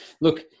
look